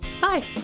Bye